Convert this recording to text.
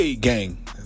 gang